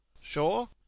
sure